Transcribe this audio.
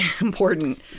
important